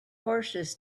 horses